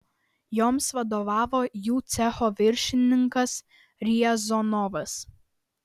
joms vadovavo jų cecho viršininkas riazanovas